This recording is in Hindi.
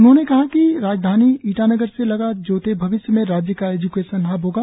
उन्होंने कहा कि राजधानी ईटानगर से लगा जोते भविष्य में राज्य का एज्केशन हब होगा